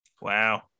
Wow